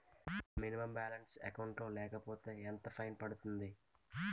Minimum balance account లో లేకపోతే ఎంత ఫైన్ పడుతుంది?